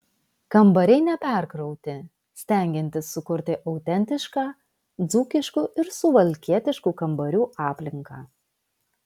kambariai neperkrauti stengiantis sukurti autentišką dzūkiškų ir suvalkietiškų kambarių aplinką